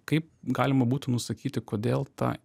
kaip galima būtų nusakyti kodėl ta